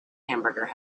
hamburger